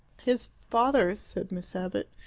his father, said miss abbott.